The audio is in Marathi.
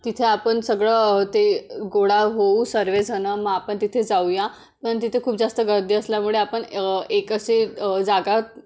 तिथे आपण सगळं ते गोळा होऊ सर्वजणं मग आपण तिथे जाऊया पण तिथे खूप जास्त गर्दी असल्यामुळे आपण एक असे जागा